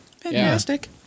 Fantastic